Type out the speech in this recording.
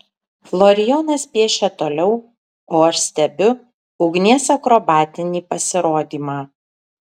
florijonas piešia toliau o aš stebiu ugnies akrobatinį pasirodymą